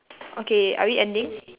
okay are we ending